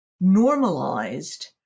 normalized